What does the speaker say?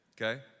Okay